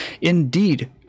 indeed